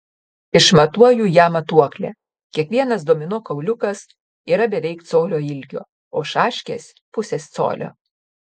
išmatuoju ją matuokle kiekvienas domino kauliukas yra beveik colio ilgio o šaškės pusės colio